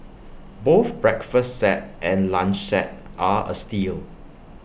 both breakfast set and lunch set are A steal